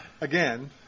again